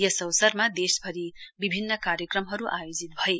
यस अवसरमा देशभरि विभिन्न कार्यक्रमहरू आयोजित भए